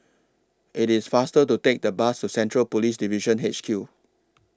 IT IS faster to Take The Bus to Central Police Division H Q